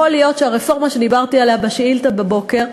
להיות שהרפורמה שדיברתי עליה בשאילתה בבוקר,